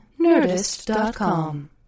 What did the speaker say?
Nerdist.com